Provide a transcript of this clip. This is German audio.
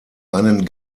einen